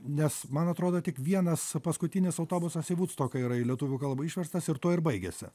nes man atrodo tik vienas paskutinis autobusas į vudstoką yra į lietuvių kalbą išverstas ir tuo ir baigiasi